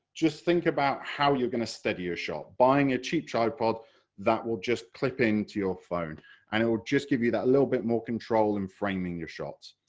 just think about how you're going to steady your shot. buying a cheap tripod that will just clip into your phone and it will just give you that little bit more control in framing your shots.